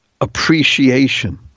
appreciation